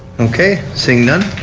okay. seeing none.